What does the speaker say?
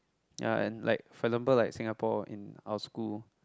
ya and like for example like Singapore in our school